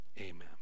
amen